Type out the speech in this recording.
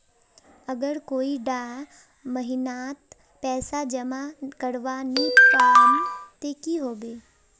अगर कोई डा महीनात पैसा जमा करवा नी पाम ते की होबे?